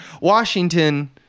Washington